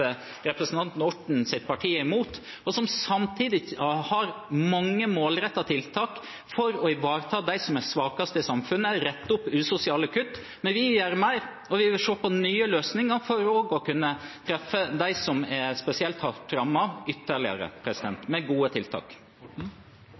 parti er imot – og har samtidig mange målrettede tiltak for å ivareta dem som er svakest i samfunnet, rette opp usosiale kutt. Men vi vil gjøre mer, og vi vil se på nye løsninger for også å kunne treffe dem som er spesielt hardt rammet, ytterligere